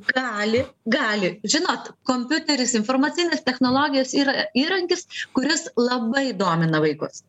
gali gali žinot kompiuteris informacinės technologijos yra įrankis kuris labai domina vaikus